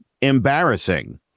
embarrassing